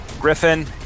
Griffin